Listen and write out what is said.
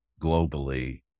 globally